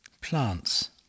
plants